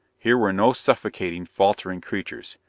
here were no suffocating, faltering creatures.